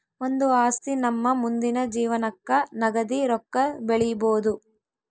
ಒಂದು ಆಸ್ತಿ ನಮ್ಮ ಮುಂದಿನ ಜೀವನಕ್ಕ ನಗದಿ ರೊಕ್ಕ ಬೆಳಿಬೊದು